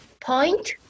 point